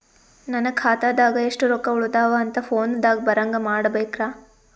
ನನ್ನ ಖಾತಾದಾಗ ಎಷ್ಟ ರೊಕ್ಕ ಉಳದಾವ ಅಂತ ಫೋನ ದಾಗ ಬರಂಗ ಮಾಡ ಬೇಕ್ರಾ?